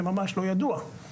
זה ממש לא ידוע.